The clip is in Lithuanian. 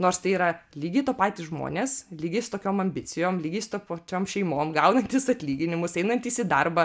nors tai yra lygiai to patys žmonės lygiai su tokiom ambicijom lygiai su to pačiom šeimom gaunantys atlyginimus einantys į darbą